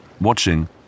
Watching